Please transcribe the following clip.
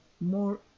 more